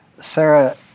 Sarah